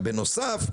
בנוסף,